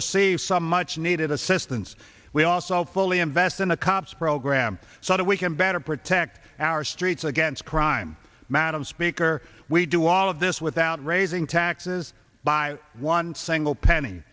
receive some much needed assistance we also fully invest in a cops program so that we can better protect our streets against crime madam speaker we do all of this without raising taxes by one single penny